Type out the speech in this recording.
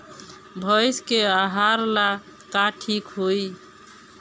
भइस के आहार ला का ठिक होई?